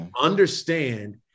Understand